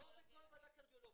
לא בכל ועדה קרדיולוג.